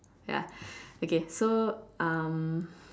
ya okay so um